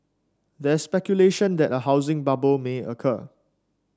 there speculation that a housing bubble may occur